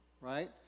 right